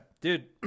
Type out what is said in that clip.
Dude